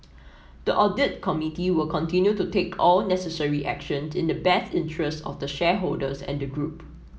the audit committee will continue to take all necessary actions in the best interests of the shareholders and the group